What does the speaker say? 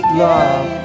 love